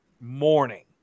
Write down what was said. morning